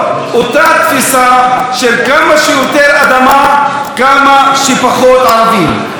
אותה תפיסה של כמה שיותר אדמה, כמה שפחות ערבים.